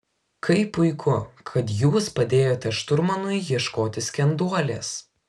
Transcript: kaip puiku kad jūs padėjote šturmanui ieškoti skenduolės